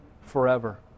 forever